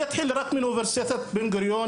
אני אתחיל רק מאוניברסיטת בן גוריון,